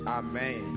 amen